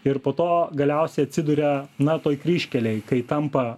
ir po to galiausiai atsiduria na toj kryžkelėj kai tampa